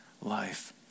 life